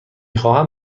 خواهم